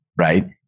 right